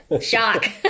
shock